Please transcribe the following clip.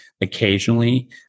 occasionally